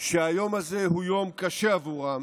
שהיום הזה הוא יום קשה עבורם